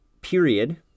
period